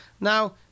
Now